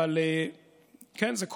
אבל כן, זה כואב.